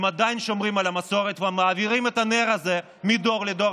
הם עדיין שומרים על המסורת ומעבירים את הנר הזה מדור לדור,